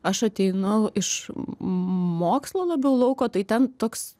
aš ateinu iš mokslo labiau lauko tai ten toks